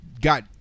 got